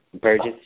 Burgess